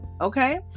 Okay